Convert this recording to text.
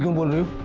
will you,